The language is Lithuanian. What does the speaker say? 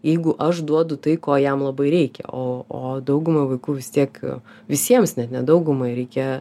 jeigu aš duodu tai ko jam labai reikia o o dauguma vaikų vis tiek visiems net ne daugumai reikia